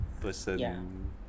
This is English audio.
person